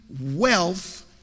wealth